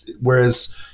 Whereas